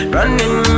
Running